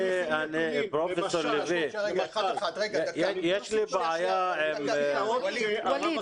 פרופ' לביא, יש לי בעיה עם --- רק שנייה,